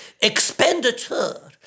Expenditure